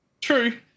True